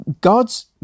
God's